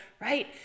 Right